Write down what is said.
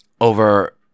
over